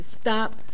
Stop